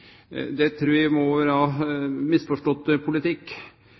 Det trur eg må vere misforstått politikk.